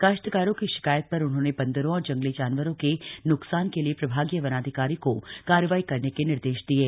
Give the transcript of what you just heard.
काश्तकारों की शिकायत पर उन्होंने बन्दरों और जंगली जानवरों के न्कसान के लिए प्रभागीय वनाधिकारी को कार्रवाई करने के निर्देश दिये